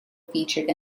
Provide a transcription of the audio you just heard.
featured